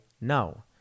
no